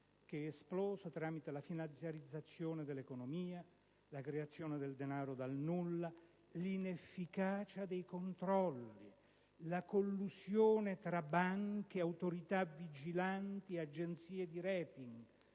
che è esplosa tramite la finanziarizzazione dell'economia, la creazione del denaro dal nulla, l'inefficacia dei controlli, la collusione tra banche, autorità vigilanti e agenzie di *rating*,